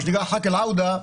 מה שנקרא חאק אל-עאודה,